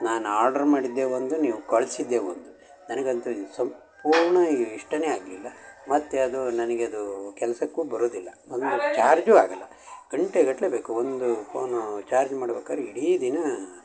ನಾನು ಆರ್ಡ್ರ್ ಮಾಡಿದ್ದೆ ಒಂದು ನೀವು ಕಳಿಸಿದ್ದೆ ಒಂದು ನನ್ಗೆ ಅಂತೂ ಇದು ಸಂಪೂರ್ಣ ಇಷ್ಟಾನೇ ಆಗಲಿಲ್ಲ ಮತ್ತು ಅದು ನನಗೆ ಅದೂ ಕೆಲಸಕ್ಕೂ ಬರುವುದಿಲ್ಲ ಒಂದು ಚಾರ್ಜು ಆಗೋಲ್ಲ ಗಂಟೆಗಟ್ಟಲೆ ಬೇಕು ಒಂದು ಫೋನು ಚಾರ್ಜ್ ಮಾಡ್ಬೇಕಾದ್ರ್ ಇಡೀ ದಿನ